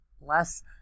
less